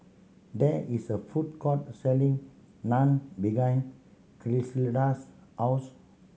there is a food court selling Naan behind Griselda's house